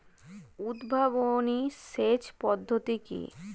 উদ্ভাবনী সেচ পদ্ধতি কি?